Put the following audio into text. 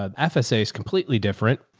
um ah, fsa is completely different.